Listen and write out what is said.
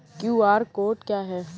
QR code क्या है?